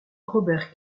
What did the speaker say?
robert